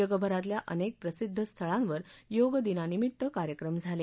जगभरातल्या अनेक प्रसिद्ध स्थळांवर योगदिनानिमित्त कार्यक्रम झाले